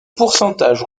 pourcentage